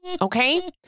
Okay